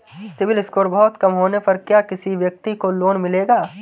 CIBIL score बहुत कम होने पर क्या किसी व्यक्ति को लोंन मिलेगा?